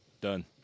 Done